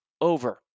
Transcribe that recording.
over